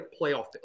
playoff